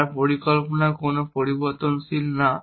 তারা পরিকল্পনা কোন পরিবর্তনশীল না